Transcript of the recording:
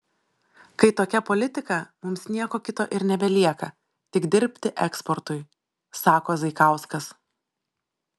kai tokia politika mums nieko kito ir nebelieka tik dirbti eksportui sako zaikauskas